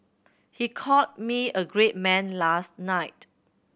he called me a great man last night